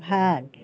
ভাত